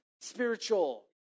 spiritual